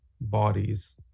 bodies